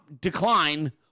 decline